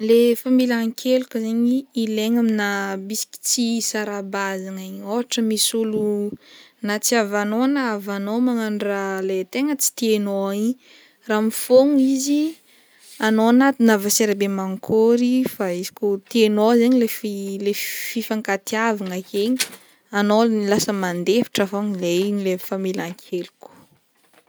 Le famelan-keloka zaigny ilaina aminà bisiky tsy hisara-bazagna igny ohatra misy olo na tsy havanao na havanao magnano raha le tegna tsy tianao igny raha mifôgna izy anao na navôsera be mankôry fa izy kô tianao zegny le fi- le fifankatiavagna ake igny, anao lasa mandefitra fogna de igny le famelan-keloko.